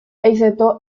excepto